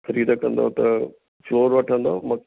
ख़रीदु कंदव त फ्लोर वठंदव मकान